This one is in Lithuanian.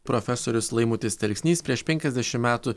profesorius laimutis telksnys prieš penkiasdešimt metų